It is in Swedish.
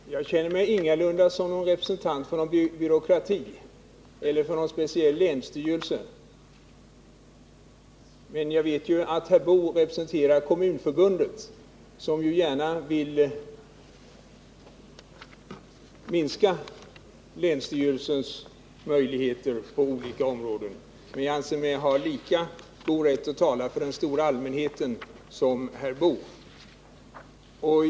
Herr talman! Jag känner mig ingalunda som representant för någon byråkrati eller för någon länsstyrelse. Men jag vet att herr Boo representerar Kommunförbundet som gärna vill minska länsstyrelsens möjligheter på olika områden. F. ö. anser jag mig ha lika stor rätt att tala för den stora allmänheten som herr Boo.